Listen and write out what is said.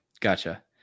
Gotcha